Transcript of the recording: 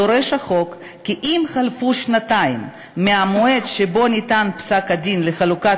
דורש החוק כי אם חלפו שנתיים מהמועד שבו ניתן פסק-הדין לחלוקת